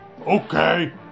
Okay